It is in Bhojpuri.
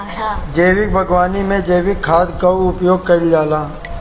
जैविक बागवानी में जैविक खाद कअ उपयोग कइल जाला